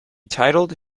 titled